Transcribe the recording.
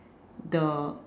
the